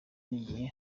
n’igihe